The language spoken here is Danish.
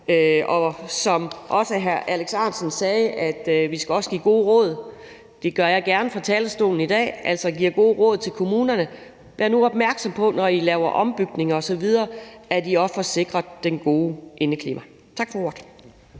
og som også hr. Alex Ahrendtsen sagde, skal vi også give gode råd. Det gør jeg gerne fra talerstolen i dag, altså giver gode råd til kommunerne: Vær nu opmærksom på, at I, når I laver ombygninger osv., også får sikret det gode indeklima. Tak for ordet.